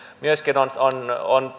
myöskin on on